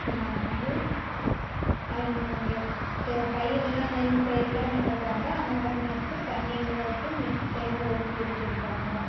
வந்து அவங்க செ பயிரெலாம் நெல் பயிரெலாம் நடுறதா இருந்தால் அந்த மாதிரி நட்டு தண்ணி விட்டு நி தேங்க வச்சு வச்சுருப்பாங்க